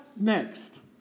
Next